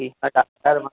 ठीकु आहे डाक्टर मां